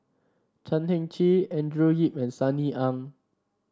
Chan Heng Chee Andrew Yip and Sunny Ang